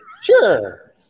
Sure